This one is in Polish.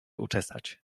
uczesać